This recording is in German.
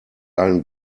ein